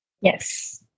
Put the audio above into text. Yes